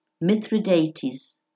Mithridates